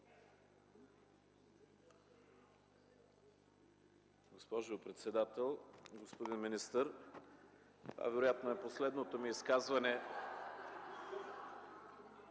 Господин председател, господин министър! Това вероятно е последното ми изказване,